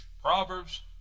proverbs